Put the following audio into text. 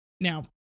now